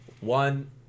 One